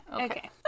Okay